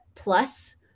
Plus